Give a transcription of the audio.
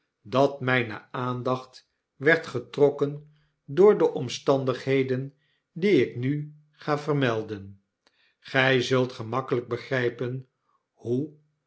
dat myne aandacht werd getrokken door de omstandigheden die ik nu ga vermelden gy zult gemakkelp begrypen hoe